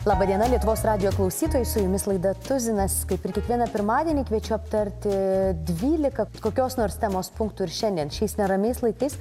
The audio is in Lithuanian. laba diena lietuvos radijo klausytojai su jumis laida tuzinas kaip ir kiekvieną pirmadienį kviečiu aptarti dvylika kokios nors temos punktų ir šiandien šiais neramiais laikais